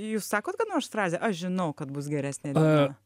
jūs sakot kada nors frazę aš žinau kad bus geresnė diena